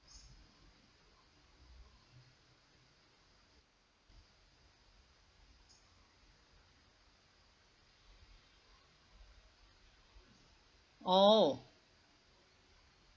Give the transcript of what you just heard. oh